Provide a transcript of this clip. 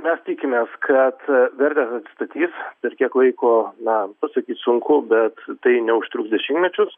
mes tikimės kad vertės atsistatys per kiek laiko na pasakyt sunku bet tai neužtruks dešimtmečius